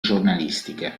giornalistiche